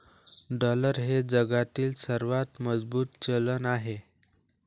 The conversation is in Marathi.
डॉलर हे जगातील सर्वात मजबूत चलन आहे